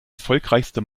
erfolgreichste